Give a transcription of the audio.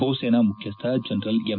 ಭೂಸೇನಾ ಮುಖ್ಯಸ್ಥ general M